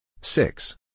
Six